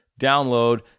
download